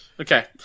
Okay